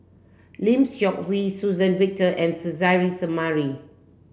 Lim Seok Hui Suzann Victor and Suzairhe Sumari